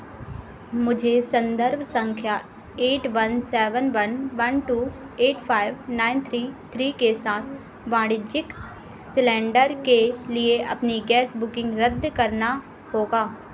मुझे सन्दर्भ संख्या eight one seven one one two eight five nine three three के साथ वाणिज्यिक सिलेंडर के लिए अपनी गैस बुकिंग रद्द करना होगा